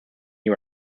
you